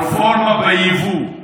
הרפורמה ביבוא,